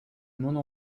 monde